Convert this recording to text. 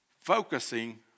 Focusing